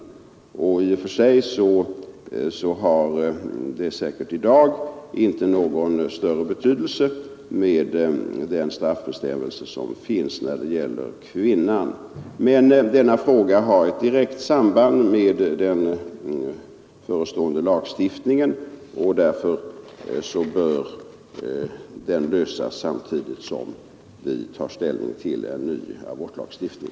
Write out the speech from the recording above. Den straffbestämmelse som finns i detta sammanhang när det gäller kvinnan har säkert i dag inte någon större betydelse. Men denna fråga har ett direkt samband med den förestående lagstiftningen, och därför bör den behandlas samtidigt som vi tar ställning till en ny abortlagstiftning.